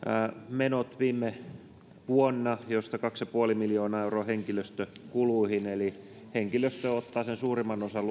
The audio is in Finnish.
menot viime vuonna josta kaksi pilkku viisi miljoonaa euroa henkilöstökuluihin eli henkilöstö ottaa luonnollisesti suurimman osan